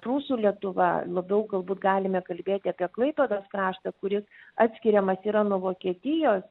prūsų lietuva labiau galbūt galime kalbėti apie klaipėdos kraštą kuris atskiriamas yra nuo vokietijos